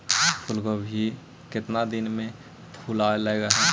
फुलगोभी केतना दिन में फुलाइ लग है?